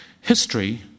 History